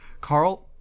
Carl